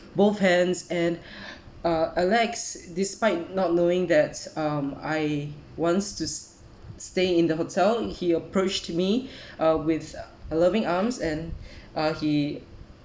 both hands and uh alex despite not knowing that um I want to stay in the hotel he approached me uh with a loving arms and uh he